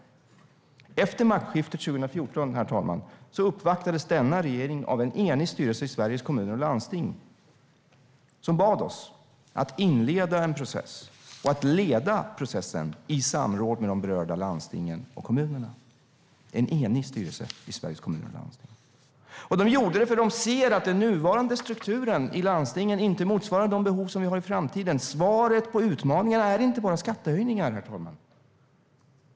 Efter maktskiftet 2014, herr talman, uppvaktades denna regering av en enig styrelse i Sveriges Kommuner och Landsting som bad oss att inleda en process och leda processen i samråd med de berörda landstingen och kommunerna. En enig styrelse i Sveriges Kommuner och Landsting gjorde detta för att den såg att den nuvarande strukturen i landstingen inte motsvarar de behov vi kommer att ha i framtiden. Svaret på utmaningarna är inte bara skattehöjningar, herr talman.